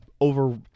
over